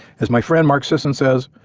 as my friend mark sisson says,